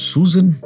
Susan